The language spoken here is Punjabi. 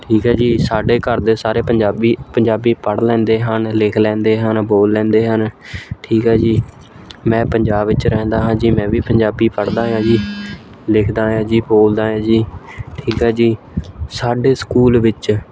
ਠੀਕ ਹੈ ਜੀ ਸਾਡੇ ਘਰ ਦੇ ਸਾਰੇ ਪੰਜਾਬੀ ਪੰਜਾਬੀ ਪੜ੍ਹ ਲੈਂਦੇ ਹਨ ਲਿਖ ਲੈਂਦੇ ਹਨ ਬੋਲ ਲੈਂਦੇ ਹਨ ਠੀਕ ਆ ਜੀ ਮੈਂ ਪੰਜਾਬ ਵਿੱਚ ਰਹਿੰਦਾ ਹਾਂ ਜੀ ਮੈਂ ਵੀ ਪੰਜਾਬੀ ਪੜ੍ਹਦਾ ਹੈਗਾ ਜੀ ਲਿਖਦਾ ਹਾਂ ਜੀ ਬੋਲਦਾ ਹਾਂ ਜੀ ਠੀਕ ਆ ਜੀ ਸਾਡੇ ਸਕੂਲ ਵਿੱਚ